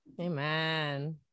Amen